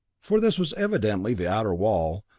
for this was evidently the outer wall,